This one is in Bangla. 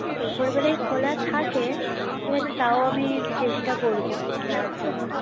দুপুরবেলায় খোলা থাকে ঠিক আছে তাও আমি চেষ্টা করব যাওয়ার জন্য